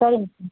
சரிங்க